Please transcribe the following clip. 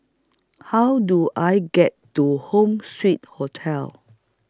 How Do I get to Home Suite Hotel